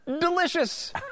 Delicious